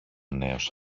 νέος